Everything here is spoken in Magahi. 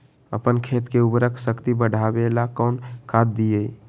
अपन खेत के उर्वरक शक्ति बढावेला कौन खाद दीये?